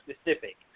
specific